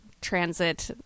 transit